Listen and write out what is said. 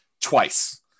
twice